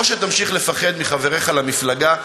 או שתמשיך לפחד מחבריך למפלגה,